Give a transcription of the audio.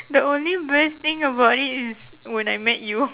the only best thing about it is when I met you